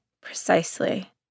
precisely